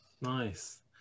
Nice